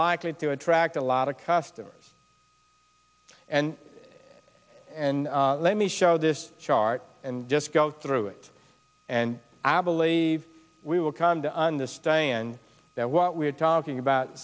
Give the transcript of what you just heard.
likely to attract a lot of customers and and let me show this chart and just go through it and i believe we will come to understand that what we're talking about